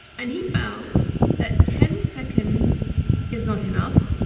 and he found that ten seconds is not enough,